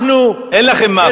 אין לכם מאפיה.